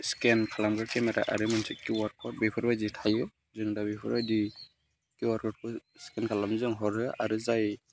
scan खालामग्रा camera आरो मोनसे किउ आर कद बेफोरबायदि थायो जों दा बेफोरबायदि किउ आर क'दखौ स्केन खालामनानै जों हरो आरो जाय